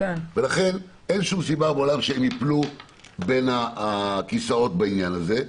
לכן אין שום סיבה בעולם שהם ייפלו בין הכיסאות בעניין הזה.